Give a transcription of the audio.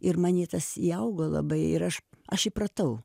ir man į tas įaugo labai ir aš aš įpratau